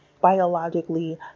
biologically